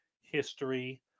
history